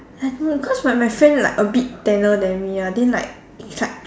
I don't know cause my my friend like a bit tanner than me ah then like like